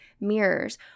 mirrors